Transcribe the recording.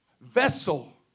vessel